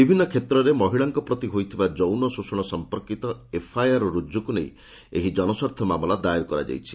ବିଭିନ୍ନ କ୍ଷେତ୍ରରେ ମହିଳାଙ୍କ ପ୍ରତି ହୋଇଥିବା ଯୌନ ଶୋଷଣ ସଂପର୍କିତ ଏଫ୍ଆଇଆର୍ ରୁଜୁକୁ ନେଇ ଏହି ଜନସ୍ୱାର୍ଥ ମାମଲା ଦାୟର କରାଯାଇଛି